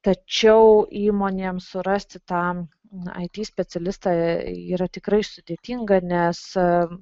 tačiau įmonėm surasti tą na it specialistą yra tikrai sudėtinga nes